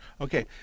Okay